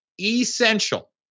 essential